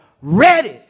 ready